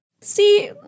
See